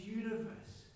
universe